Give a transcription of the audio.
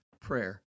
prayer